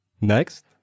Next